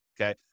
okay